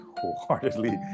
wholeheartedly